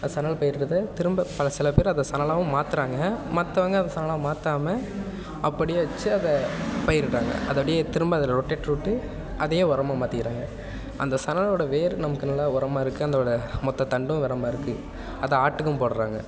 சணல் பயிரிடுறதை திரும்ப பல சில பேர் சணலாகவும் மாத்துகிறாங்க மத்தவங்க அதை சணலாக மாற்றாம அப்படியே வச்சு அதை பயிரிடுறாங்க அதை அப்படியே திரும்ப அதில் ரொட்டேட் விட்டு அதையே உரமா மாற்றிக்கிறாங்க அந்த சணலோட வேர் நமக்கு நல்லா உரமா இருக்கு அதோடு மொத்த தண்டும் உரமா இருக்கு அது ஆட்டுக்கும் போடுறாங்க